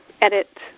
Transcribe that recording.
edit